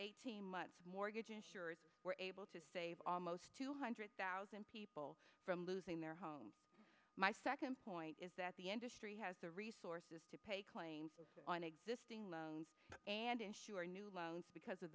eighteen months mortgages were able to save almost two hundred thousand people from losing their homes my second point is that the industry has the resources to pay claims on existing loans and insure new loans because of